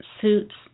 suits